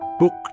Book